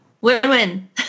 Win-win